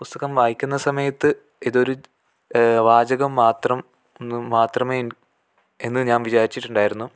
പുസ്തകം വായിക്കുന്ന സമയത്ത് ഇതൊരു വാചകം മാത്രമെന്ന് മാത്രമേ എന്ന് ഞാൻ വിചാരിച്ചിട്ടുണ്ടായിരുന്നു